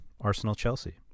Arsenal-Chelsea